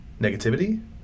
negativity